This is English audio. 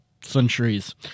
centuries